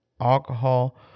alcohol